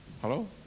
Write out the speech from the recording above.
Hello